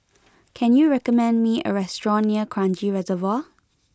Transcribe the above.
can you recommend me a restaurant near Kranji Reservoir